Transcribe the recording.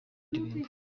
indirimbo